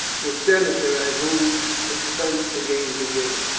the senator at whose expense the games were given.